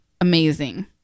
amazing